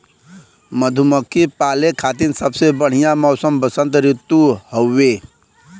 मधुमक्खी पाले खातिर सबसे बढ़िया मौसम वसंत ऋतु हउवे